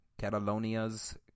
Catalonia's